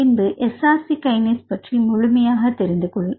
பின்புSRC Kinase பற்றி முழுமையாக தெரிந்து கொள்